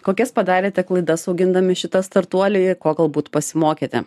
kokias padarėte klaidas augindami šitą startuolį ir ko galbūt pasimokėte